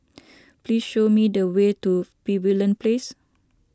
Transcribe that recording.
please show me the way to Pavilion Place